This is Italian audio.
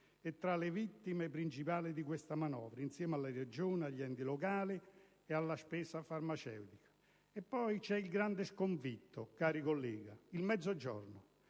è tra le vittime principali di questa manovra, insieme alle Regioni, agli enti locali e alla spesa farmaceutica. E poi c'è il grande sconfìtto, cari colleghi, il Mezzogiorno,